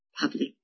public